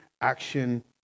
action